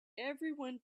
everyone